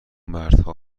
مردها